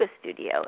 studio